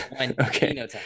okay